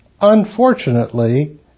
Unfortunately